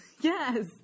Yes